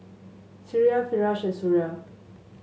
Syirah Firash and Suria